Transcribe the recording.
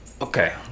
Okay